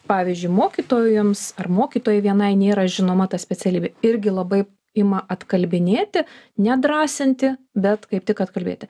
pavyzdžiui mokytojams ar mokytojai vienai nėra žinoma ta specialybė irgi labai ima atkalbinėti nedrąsinti bet kaip tik atkalbėti